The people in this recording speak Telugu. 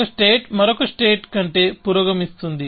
ఒక స్టేట్ మరొక స్టేట్ కంటే పురోగమిస్తుంది